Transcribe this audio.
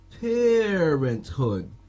Parenthood